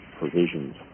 provisions